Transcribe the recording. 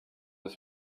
des